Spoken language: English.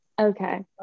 okay